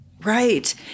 Right